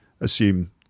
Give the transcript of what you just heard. assume